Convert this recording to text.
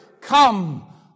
Come